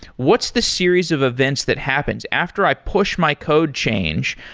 what's the series of events that happens? after i push my code change,